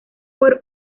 por